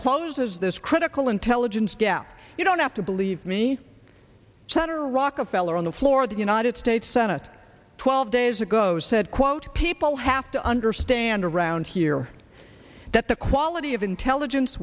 closes this critical intelligence gap you don't have to believe me china rockefeller on the floor of the united states senate twelve days ago said quote people have to understand around here that the quality of intelligence